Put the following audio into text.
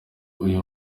uyu